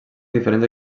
diferents